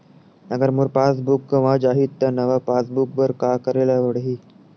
अगर मोर passbook गवां जाहि त नवा पास बुक बर का करे ल पड़हि?